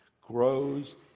grows